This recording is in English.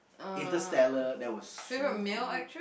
Interstellar that was so good